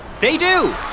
they do.